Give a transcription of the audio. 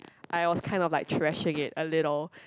I was kind of like thrashing it a little